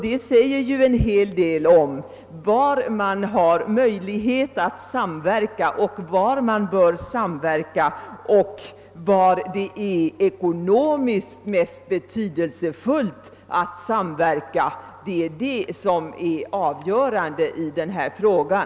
Det säger en hel del om hur man bör samverka, och var det är ekonomiskt mest betydelsefullt att samverka. Det är det som är avgörande i den här frågan.